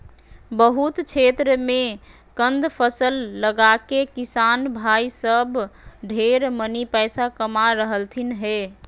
बहुत क्षेत्र मे कंद फसल लगाके किसान भाई सब ढेर मनी पैसा कमा रहलथिन हें